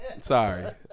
Sorry